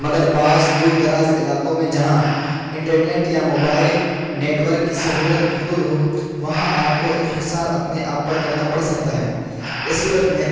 مگر بعض دور دراز علاقوں میں جہاں انٹرنیٹ یا موبائل نیٹ ورک کی سہولت محدود ہو وہاں آپ کو انحصار اپنے آپ پہ کرنا پڑ سکتا ہے اس صورت میں